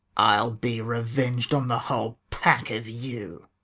i ll be reveng'd on the whole pack of you.